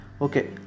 Okay